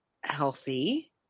healthy